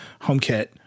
HomeKit